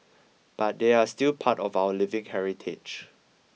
but they're still part of our living heritage